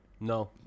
No